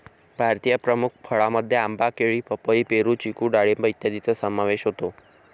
भारतातील प्रमुख फळांमध्ये आंबा, केळी, पपई, पेरू, चिकू डाळिंब इत्यादींचा समावेश होतो